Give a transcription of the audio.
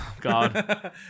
God